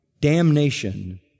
damnation